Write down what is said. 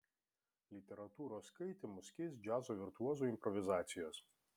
literatūros skaitymus keis džiazo virtuozų improvizacijos